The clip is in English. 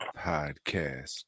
podcast